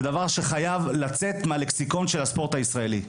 דבר שצריך לצאת מהלקסיקון של הספורט הישראלי.